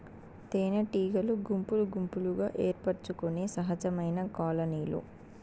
తేనెటీగలు గుంపులు గుంపులుగా ఏర్పరచుకొనే సహజమైన కాలనీలు